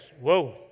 Whoa